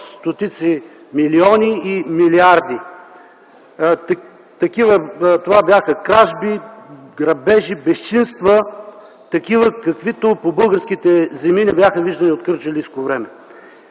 стотици милиони и милиарди! Това бяха кражби, грабежи, безчинства, каквито по българските земи не бяха виждани от кърджалийско време.